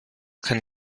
kann